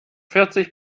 vierzig